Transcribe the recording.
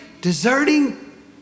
deserting